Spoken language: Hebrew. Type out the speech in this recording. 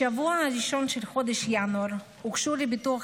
בשבוע הראשון של חודש ינואר הוגשו לביטוח